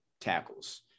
tackles